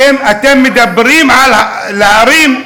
אתם מדברים על להרים,